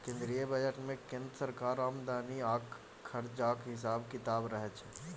केंद्रीय बजट मे केंद्र सरकारक आमदनी आ खरचाक हिसाब किताब रहय छै